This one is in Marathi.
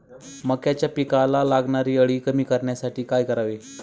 मक्याच्या पिकाला लागणारी अळी कमी करण्यासाठी काय करावे?